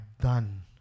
done